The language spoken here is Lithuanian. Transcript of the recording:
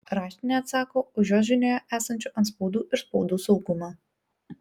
raštinė atsako už jos žinioje esančių antspaudų ir spaudų saugumą